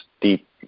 deep